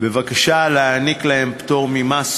להעניק להם פטור ממס